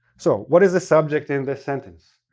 so, what is the subject in this sentence?